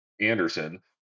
Anderson